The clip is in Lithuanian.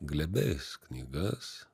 glėbiais knygas